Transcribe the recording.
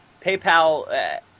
PayPal